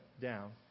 down